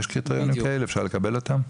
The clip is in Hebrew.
האם יש קריטריונים כאלה והאם אפשר לקבל אותם?